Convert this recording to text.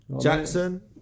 Jackson